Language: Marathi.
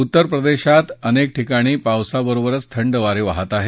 उत्तरप्रदेशात अनेक ठिकाणी पावसाबरोबरच थंड वारे वाहत आहेत